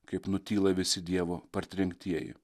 kaip nutyla visi dievo partrenktieji